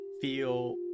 feel